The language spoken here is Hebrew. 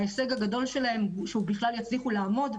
ההישג הגדול שלהם, שבכלל יצליחו לעמוד,